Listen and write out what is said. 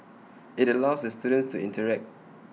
IT allows the students to interact